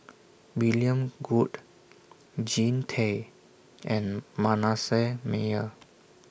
William Goode Jean Tay and Manasseh Meyer